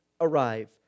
arrive